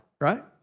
right